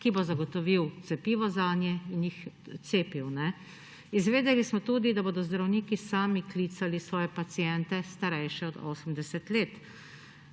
ki bo zagotovil cepivo zanje in jih cepil. Izvedeli smo tudi, da bodo zdravniki sami klicali svoje paciente, starejše od 80 let.